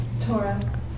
Torah